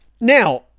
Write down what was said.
Now